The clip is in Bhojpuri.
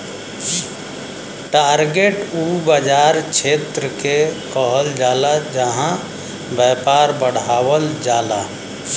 टारगेट उ बाज़ार क्षेत्र के कहल जाला जहां व्यापार बढ़ावल जाला